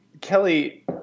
Kelly